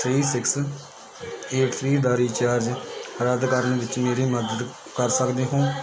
three six eight three ਦਾ recharge ਰੱਦ ਕਰਨ ਵਿੱਚ ਮੇਰੀ ਮਦਦ ਕਰ ਸਕਦੇ ਹੋ